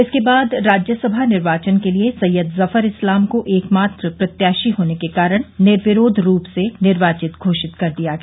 इसके बाद राज्यसभा निर्वाचन के लिये सैय्यद जफर इस्लाम को एकमात्र प्रत्याशी होने के कारण निर्विरोध रूप से निर्वाचित घोषित कर दिया गया